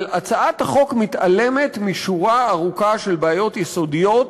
אבל הצעת החוק מתעלמת משורה ארוכה של בעיות יסודיות,